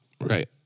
Right